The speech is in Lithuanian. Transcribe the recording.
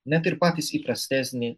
net ir patys įprastesni